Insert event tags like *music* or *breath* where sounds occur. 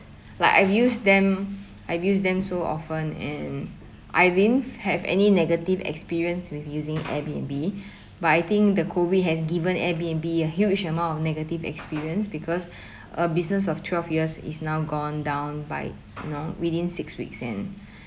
like I've used them I've used them so often and I didn't have any negative experience with using AirBnB *breath* but I think the COVID has given AirBnB a huge amount of negative experience because *breath* a business of twelve years is now gone down by you know within six weeks and *breath*